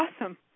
awesome